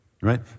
right